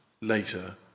later